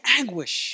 anguish